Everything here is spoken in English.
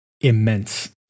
immense